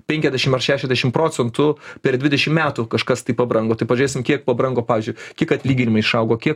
penkiasdešimt ar šešiasdešimt procentų per dvidešimt metų kažkas tai pabrango tai pažiūrėsim kiek pabrango pavyzdžiui kiek atlyginimai išaugo kiek